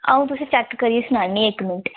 अं'ऊ तुसेंगी चेेक करियै सनानी इक मिंट्ट